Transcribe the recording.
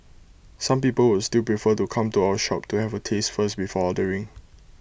some people would still prefer to come to our shop to have A taste first before ordering